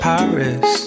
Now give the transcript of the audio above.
Paris